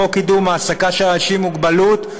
כמו קידום העסקה של אנשים עם מוגבלות,